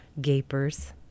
Gapers